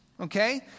okay